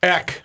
Eck